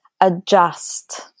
adjust